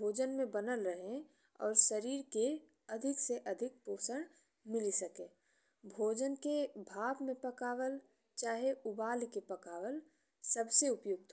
भोजन में बनल रहे। और शरीर के अधिक से अधिक पोषण मिली सके। भोजन के भाप में पकावल चाहे उबाल के पकावल सबसे उपयुक्त होला।